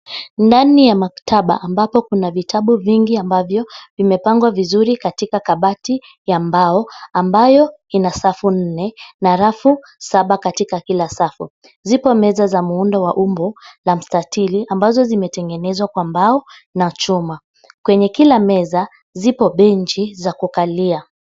Ndani ya maktaba ambapo kuna vitabu vingi ambavyo vimepangwa vizuri katika kabati ya mbao ambayo ina safu nne na rafu saba katika kila safu. Zipo meza za muundo wa umbo la mstatili ambazo zimetengenezwa kwa mbao na chuma. Kwenye kila meza zipo benchi za kukalia.